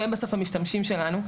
הם בסוף המשתמשים שלנו.